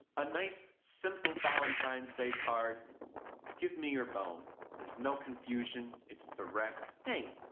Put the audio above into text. a nice, simple valentine's day card give me your bone there's no confusion, it's direct hey,